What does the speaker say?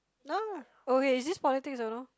no lah okay is this politics